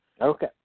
Okay